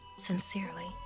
Sincerely